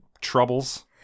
troubles